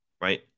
right